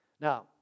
Now